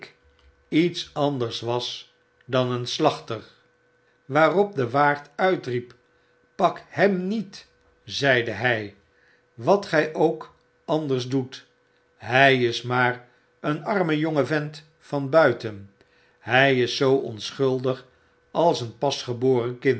iets anders was dan een slachter waarop dewaarduitriep pak hem niet zeide hy h wat gy ook anders doet hy is maar een arme jonge vent van buiten hy is zoo onschuldig als een pas